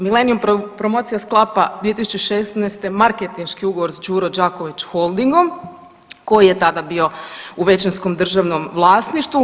Millenium promocija sklapa 2016. marketinški ugovor s Đuro Đaković holdingom koji je tada bio u većinskom državnom vlasništvu.